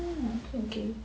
mm okay okay